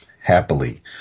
happily